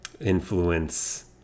influence